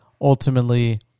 ultimately